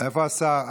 איפה השר?